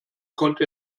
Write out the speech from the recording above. konnte